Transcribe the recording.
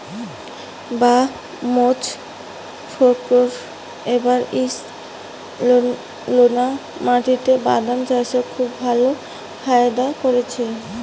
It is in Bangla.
বাঃ মোজফ্ফর এবার ঈষৎলোনা মাটিতে বাদাম চাষে খুব ভালো ফায়দা করেছে